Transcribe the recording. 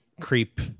creep